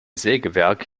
sägewerk